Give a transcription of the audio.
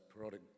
parodic